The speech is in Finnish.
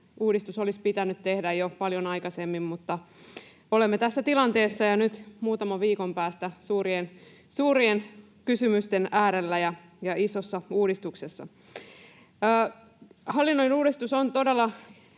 uudistus olisi pitänyt tehdä jo paljon aikaisemmin, mutta olemme tässä tilanteessa ja nyt muutaman viikon päästä suurien kysymysten äärellä ja isossa uudistuksessa. Hallinnollinen uudistus on todella